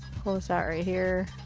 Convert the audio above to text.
pull so that right here.